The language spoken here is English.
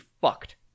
fucked